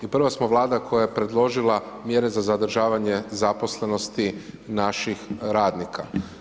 I prva smo Vlada koja je predložila mjere za zadržavanje zaposlenosti naših radnika.